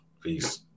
Peace